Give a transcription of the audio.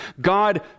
God